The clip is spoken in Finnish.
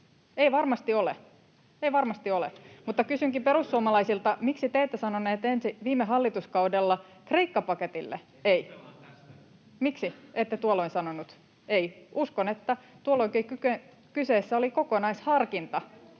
ei varmasti ole. Mutta kysynkin perussuomalaisilta, miksi te ette sanoneet viime hallituskaudella Kreikka-paketille "ei". [Timo Heinonen: Keskustellaan tästä nyt!] Miksi ette tuolloin sanonut "ei"? Uskon, että tuolloinkin kyseessä oli kokonaisharkinta.